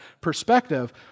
perspective